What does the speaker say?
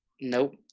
Nope